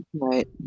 right